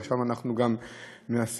ועכשיו אנחנו גם מנסים